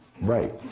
right